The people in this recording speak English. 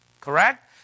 correct